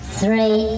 three